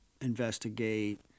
investigate